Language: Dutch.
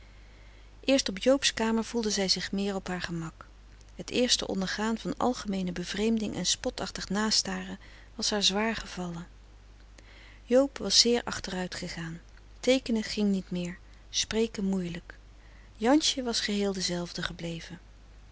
eerst op joobs kamer voelde zij zich meer op haar gemak het eerste ondergaan van algemeene bevreemding en spotachtig na staren was haar zwaar gevallen joob was zeer achteruitgegaan teekenen ging niet meer spreken moeielijk jansje was geheel dezelfde gebleven